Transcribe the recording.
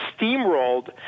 steamrolled